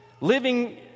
living